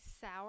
sour